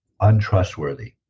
untrustworthy